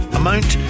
amount